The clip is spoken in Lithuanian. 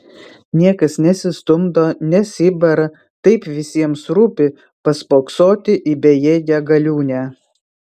niekas nesistumdo nesibara taip visiems rūpi paspoksoti į bejėgę galiūnę